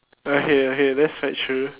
okay okay that's quite true